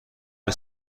این